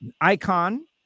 icon